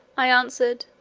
i answered,